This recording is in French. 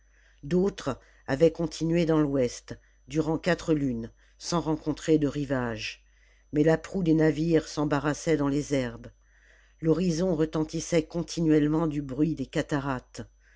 d'autres avaient continué dans l'ouest durant quatre lunes sans rencontrer de rivages mais la proue des navires s'embarrassait dans les herbes l'horizon retentissait continuellement du bruit des cataractes